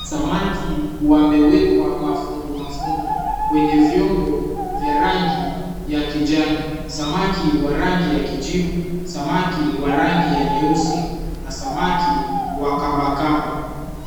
Samaki wamewekwa mafungu mafungu kwenye vyombo ya rangi ya kijani. Samaki wa rangi ya kijivu. Samaki wa rangi ya nyeusi na samaki wa kamba kamba.